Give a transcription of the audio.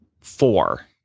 four